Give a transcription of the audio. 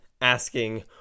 asking